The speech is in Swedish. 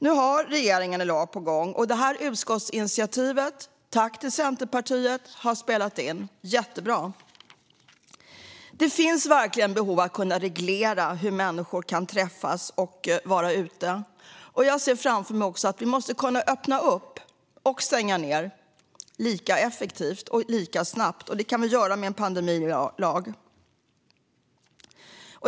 Nu har regeringen en lag på gång, och utskottsinitiativet - tack till Centerpartiet - har spelat in. Det är jättebra. Det finns verkligen behov av att kunna reglera hur människor kan träffas och vara ute på stan. Jag ser framför mig att vi måste kunna öppna upp och stänga ned lika effektivt och lika snabbt, och det kan vi göra med en pandemilag.